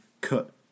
cut